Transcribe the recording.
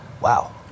Wow